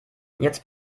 jetzt